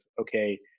okay